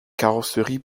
carrosseries